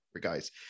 guys